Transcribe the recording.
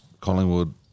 Collingwood